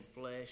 flesh